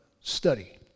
study